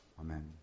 Amen